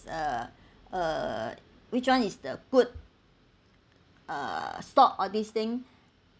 uh uh which one is the good uh stock all this thing